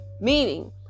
meaning